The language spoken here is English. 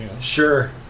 Sure